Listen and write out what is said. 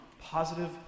positive